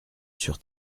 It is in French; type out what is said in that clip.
sur